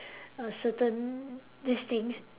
a certain this thing